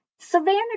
Savannah